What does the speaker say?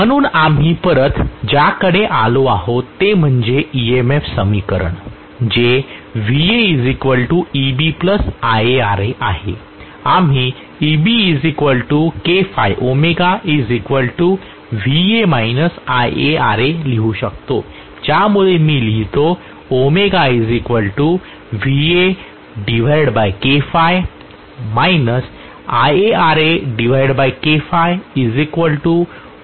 म्हणून आम्ही परत ज्याकडे आलो आहोत ते म्हणजे EMF समीकरण जे VaEb IaRa आहे आम्ही EbKɸωVa IaRa लिहू शकतो